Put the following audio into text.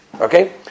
okay